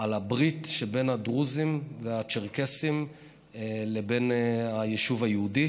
על הברית שבין הדרוזים והצ'רקסים לבין היישוב היהודי,